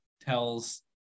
tells